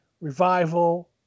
Revival